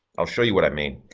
i'll show you what i mean.